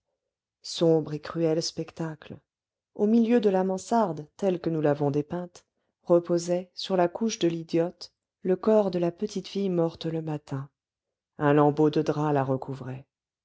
sombre et cruel spectacle au milieu de la mansarde telle que nous l'avons dépeinte reposait sur la couche de l'idiote le corps de la petite fille morte le matin un lambeau de drap la recouvrait